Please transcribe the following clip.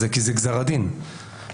כי זה גזר דין פלילי.